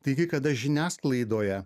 taigi kada žiniasklaidoje